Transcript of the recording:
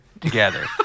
together